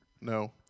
No